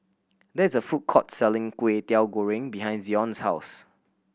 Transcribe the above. there is a food court selling Kway Teow Goreng behind Zion's house